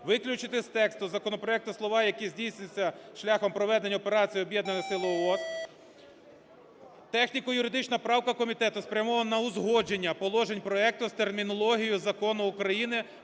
виключити з тексту законопроекту слова "які здійснюють шляхом проведення операції Об'єднаних сил (ООС)". Техніко-юридична правка комітету спрямована на узгодження положень проекту з термінологією Закону України